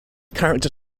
character